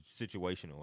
situational